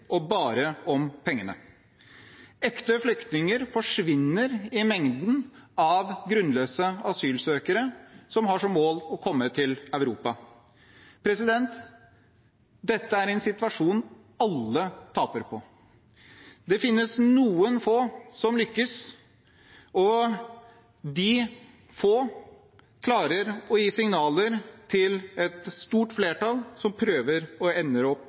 bare om penger. Ekte flyktninger forsvinner i mengden av grunnløse asylsøkere som har som mål å komme til Europa. Dette er en situasjon alle taper på. Det finnes noen få som lykkes, og de få klarer å gi signaler til et stort flertall som prøver, og som ender opp